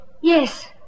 Yes